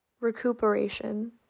Recuperation